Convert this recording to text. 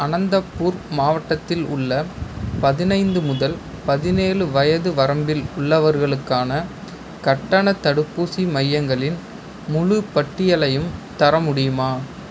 அனந்தபூர் மாவட்டத்தில் உள்ள பதினைந்து முதல் பதினேழு வயது வரம்பில் உள்ளவர்களுக்கான கட்டணத் தடுப்பூசி மையங்களின் முழுப் பட்டியலையும் தர முடியுமா